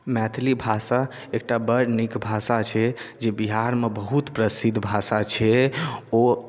मैथली भाषा एकटा बड़ नीक भाषा छियै जे बिहारमे बहुत प्रसिद्ध भाषा छियै ओ